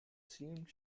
seemed